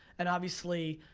and obviously,